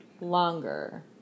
longer